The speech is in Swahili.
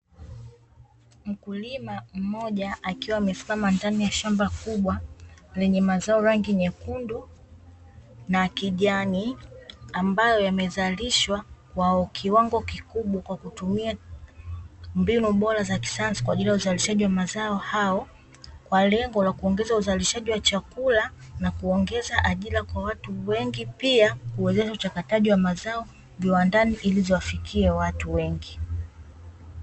Mkulima mmoja akiwa amesimama ndani ya shamba kubwa, lenye mazao rangi nyekundu na kijani ambayo yamezalishwa kwa kiwango kikubwa kwa kutumia mbinu bora za kisasa kwaajili ya uzalishaji wa mazao hayo, kwa lengo la kuongeza uzalishaji wa chakula na kuongeza ajira kwa watu wengi pia kuongeza uchakataji wa mazao viwandani ili viwafikie watu wengi.